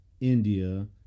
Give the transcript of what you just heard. India